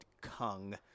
kung